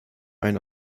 ein